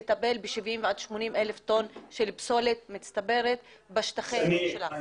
לטפל ב-70,000 עד 80,000 טון של פסולת מצטברת בשטחים שלה?